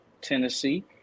Tennessee